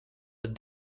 but